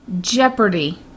jeopardy